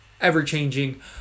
ever-changing